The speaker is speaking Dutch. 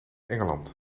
engeland